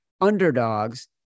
underdogs